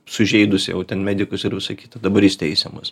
sužeidusią jau ten medikus ir visa kita dabar jis teisiamas